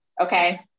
Okay